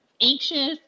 anxious